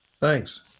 Thanks